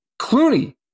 Clooney